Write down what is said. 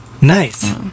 Nice